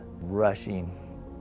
rushing